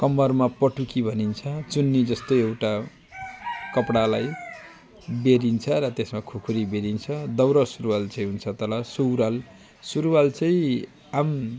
कम्मरमा पटुकी भनिन्छ चुन्नी जस्तै एउटा कपडालाई बेरिन्छ र त्यसमा खुकुरी बेरिन्छ दौरा सुरुवाल चाहिँ हुन्छ तल सुरुवाल सुरुवाल चाहिँ आम